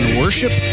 worship